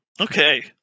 Okay